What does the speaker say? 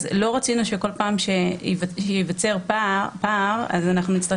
לא רצינו שבכל פעם שייווצר פער נצטרך